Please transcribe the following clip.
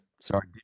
Sorry